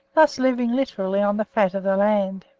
thus living literally on the fat of the land.